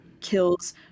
kills